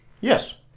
Yes